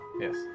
Yes